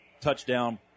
touchdown